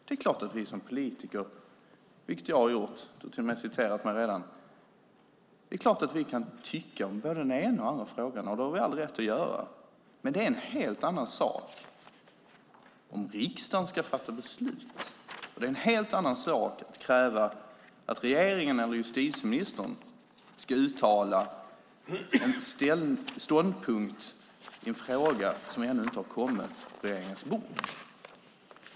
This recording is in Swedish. Det är klart att vi som politiker, vilket jag har gjort - du har till och med redan återgett vad jag har sagt - kan tycka i både den ena och den andra frågan. Det har vi all rätt att göra. Men det är en helt annan sak än om riksdagen ska fatta beslut. Det är en helt annan sak att kräva att regeringen eller justitieministern ska uttala en ståndpunkt i en fråga som ännu inte har kommit på regeringens bord.